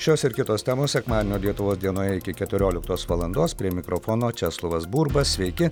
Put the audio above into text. šios ir kitos temos sekmadienio lietuvos dienoje iki keturioliktos valandos prie mikrofono česlovas burba sveiki